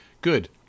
good